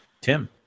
Tim